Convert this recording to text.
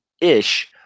ish